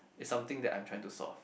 is something that I'm trying to solve